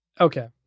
Okay